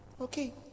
Okay